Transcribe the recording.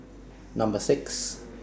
Number six